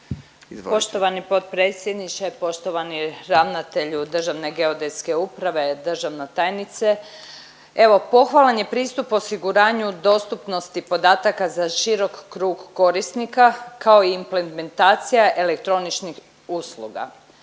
Poštovani potpredsjedniče, poštovani ravnatelju Državne geodetske uprave, državna tajnice, evo pohvalan je pristup osiguranju dostupnosti podataka za širok krug korisnika kao i implementacija elektroničnih usluga,